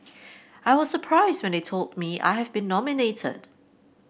I was surprised when they told me I have been nominated